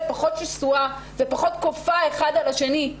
פחות שסועה ופחות כופה אחד על השני,